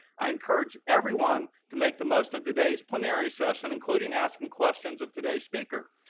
i encourage everyone to make the most of today's plenary session, including asking questions of today's speaker.